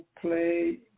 play